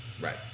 Right